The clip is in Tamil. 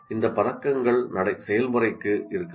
இந்த பதக்கங்கள் செயல்முறைக்கு இருக்கலாம்